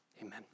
amen